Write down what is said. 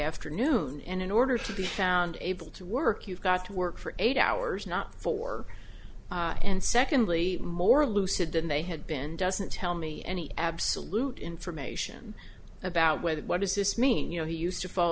afternoon in order to be found able to work you've got to work for eight hours not four and secondly more lucid than they had been doesn't tell me any absolute information about whether what does this mean you know he used to fall